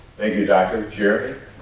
thank you, doctor. jeremy?